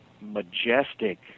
majestic